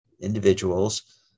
individuals